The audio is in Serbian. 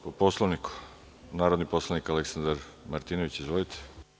Po Poslovniku narodni poslanik Aleksandar Martinović, izvolite.